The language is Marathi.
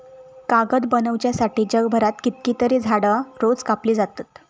कागद बनवच्यासाठी जगभरात कितकीतरी झाडां रोज कापली जातत